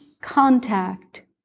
contact